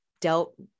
dealt